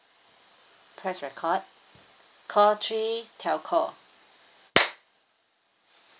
press record call three telco